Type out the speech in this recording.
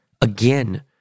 again